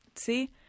See